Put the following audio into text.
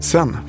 Sen